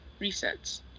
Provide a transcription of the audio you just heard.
resets